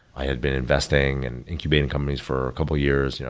i had been investing and incubating companies for a couple of years, you know